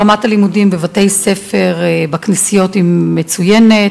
רמת הלימודים בבתי-ספר בכנסיות היא מצוינת.